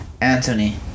Anthony